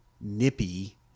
nippy